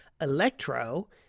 electro